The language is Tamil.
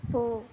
போ